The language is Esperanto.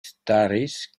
staris